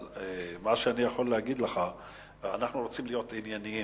אבל מה שאני יכול להגיד לך הוא שאנחנו רוצים להיות ענייניים,